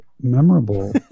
memorable